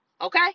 okay